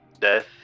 Death